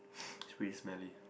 it's pretty smelly